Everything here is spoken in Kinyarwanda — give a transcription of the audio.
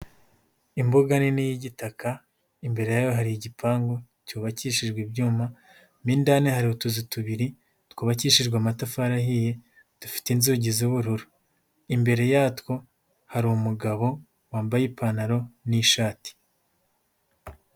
Imbuga nini y'igitaka, imbere yayo hari igipangu, cyubakishijwe ibyuma, mo indani hari utuzu tubiri, twubakishijwe amatafari ahiye, dufite inzugi z'ubururu. Imbere yatwo hari umugabo wambaye ipantaro n'ishati.